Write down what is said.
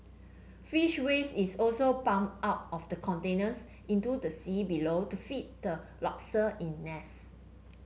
fish waste is also pumped out of the containers into the sea below to feed the lobster in nets